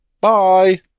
Bye